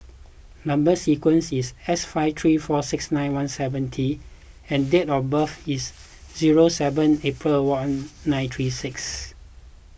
Number Sequence is S five three four six nine one seven T and date of birth is zero seven April one nine three six